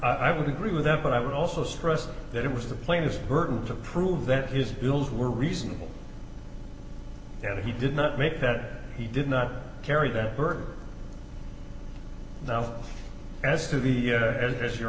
i would agree with that but i would also stressed that it was the plainest burden to prove that his bills were reasonable and he did not make that he did not carry that burden now as to the as your